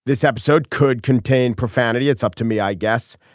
this episode could contain profanity it's up to me i guess.